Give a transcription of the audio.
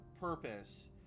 purpose